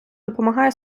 допомагає